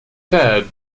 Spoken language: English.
fed